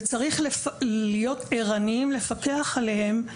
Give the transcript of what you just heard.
וצריך להיות ערניים ולפקח עליהם,